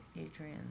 Adrian